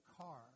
car